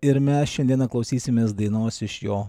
ir mes šiandieną klausysimės dainos iš jo